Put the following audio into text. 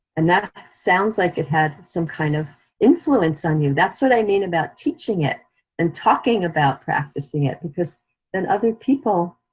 and that sounds like it had some kind of influence on you. that's what i mean about teaching it and talking about practicing it because then, other people,